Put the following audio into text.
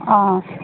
অ'